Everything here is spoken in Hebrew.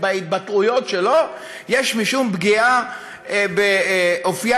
בהתבטאויות שלו יש משום פגיעה באופייה